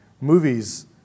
movies